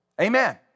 Amen